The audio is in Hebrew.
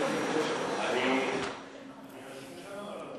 אני רשום שם או לא?